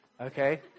Okay